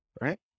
right